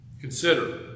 Consider